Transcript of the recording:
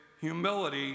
humility